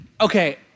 Okay